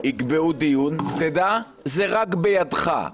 יקבעו דיון, תדע, זה רק בידך.